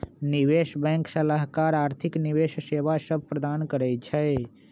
निवेश बैंक सलाहकार आर्थिक निवेश सेवा सभ प्रदान करइ छै